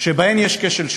שבהן יש כשל שוק,